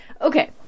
Okay